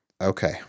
Okay